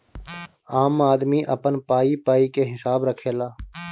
आम आदमी अपन पाई पाई के हिसाब रखेला